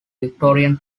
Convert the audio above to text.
victorian